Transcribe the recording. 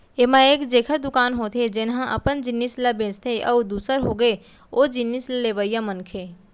ऐमा एक जेखर दुकान होथे जेनहा अपन जिनिस ल बेंचथे अउ दूसर होगे ओ जिनिस ल लेवइया मनखे